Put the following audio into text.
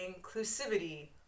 inclusivity